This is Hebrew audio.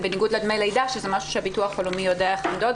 בניגוד לדמי הלידה שהביטוח הלאומי יודע איך למדוד,